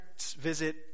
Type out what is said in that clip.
visit